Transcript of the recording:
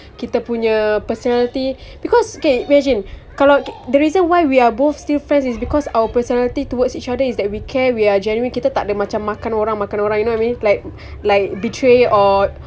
kita punya personality because okay imagine kalau the reason why we are both still friends is because our personality towards each other is that we care we are genuine kita takde macam makan orang makan orang you know what I mean like like betray or